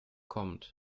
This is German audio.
kommt